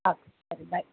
ஆ சரி பாய்